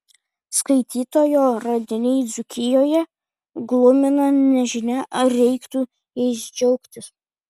skaitytojo radiniai dzūkijoje glumina nežinia ar reiktų jais džiaugtis